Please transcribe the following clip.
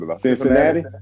Cincinnati